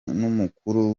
n’umukuru